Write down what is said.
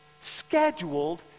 scheduled